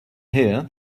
here